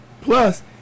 Plus